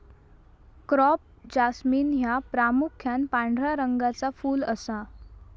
crape jasmine ह्या प्रामुख्यान पांढऱ्या रंगाचा फुल असा